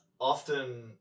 often